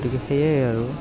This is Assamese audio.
গতিকে সেইয়াই আৰু